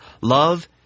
Love